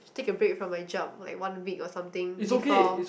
take a break from my job like one week or something before